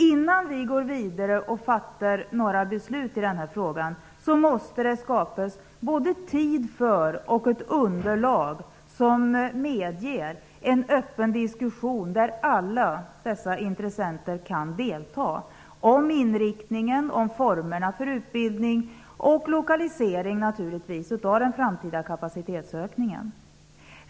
Innan vi går vidare och fattar några beslut i frågan måste tid avsättas och underlag skapas för en öppen diskussion där alla dessa intressenter kan delta och där inriktningen, formerna för utbildningen och lokaliseringen av den framtida kapacitetsökningen kan tas upp.